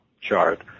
chart